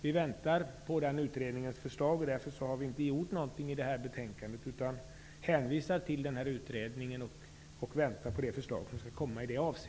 Vi väntar nu på den utredningens förslag, och därför har vi inte agerat i det här ärendet. Vi hänvisar till utredningen och väntar på förslaget som skall komma.